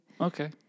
Okay